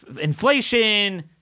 inflation